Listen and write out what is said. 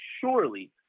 surely